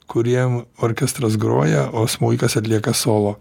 kuriem orkestras groja o smuikas atlieka solo